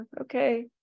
okay